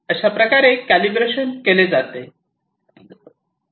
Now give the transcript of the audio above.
अशाप्रकारे कॅलिब्रेशन केले जाते